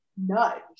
nudge